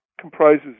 comprises